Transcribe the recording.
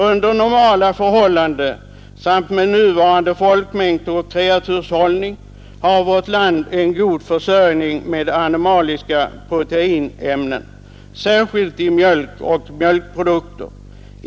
Under normala förhållanden samt med nuvarande folkmängd och kreaturshållning har vårt land en god försörjning med animaliska proteinämnen, särskilt i mjölk och mjölkprodukter.